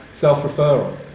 self-referral